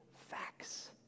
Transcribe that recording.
facts